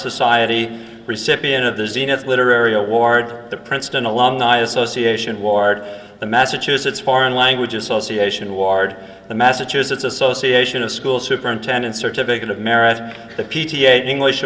society recipient of the zenith literary award the princeton alumni association ward the massachusetts foreign language association ward the massachusetts association of school superintendents certificate of merit the p t a english